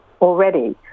already